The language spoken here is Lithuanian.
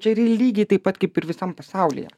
čia yra lygiai taip pat kaip ir visam pasaulyje